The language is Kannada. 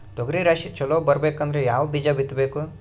ತೊಗರಿ ರಾಶಿ ಚಲೋ ಬರಬೇಕಂದ್ರ ಯಾವ ಬೀಜ ಬಿತ್ತಬೇಕು?